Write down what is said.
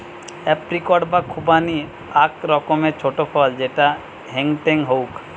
apricot বা খুবানি আক রকমের ছোট ফল যেটা হেংটেং হউক